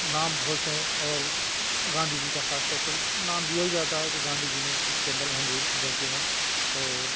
نام بہت سے ہیں اور گاندھی جی کا خاص طور پر نام لیا ہی جاتا ہے کہ گاندھی جی نے اس کے اندر اہم رول ادا کیا ہوا ہے اور